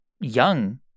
young